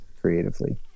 creatively